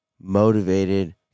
motivated